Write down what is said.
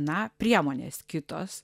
na priemonės kitos